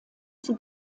sie